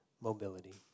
mobility